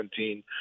2017